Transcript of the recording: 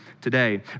today